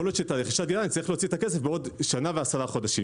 יכול להיות שאני אצטרך להוציא את הכסף בעוד שנה ועשרה חודשים.